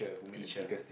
teacher